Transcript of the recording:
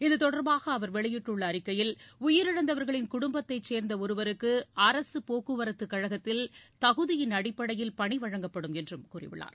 இது தொடர்பாக அவர் வெளியிட்டுள்ள அறிக்கையில் உயிரிழந்தவர்களின் குடும்பத்தைச் சேர்ந்த ஒருவருக்கு அரசுப் போக்குவரத்து கழகத்தில் தகுதியின் அடிப்படையில் பணி வழங்கப்படும் என்றும் கூறியுள்ளார்